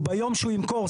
הוא ביום שהוא ימכור.